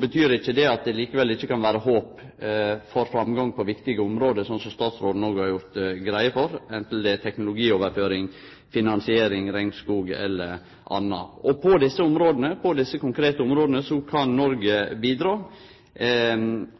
betyr likevel ikkje at det ikkje kan vere håp for framgang på viktige område, som statsråden òg har gjort greie for, anten det gjeld teknologioverføring, finansiering, regnskog eller anna. På desse konkrete områda kan Noreg bidra.